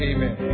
Amen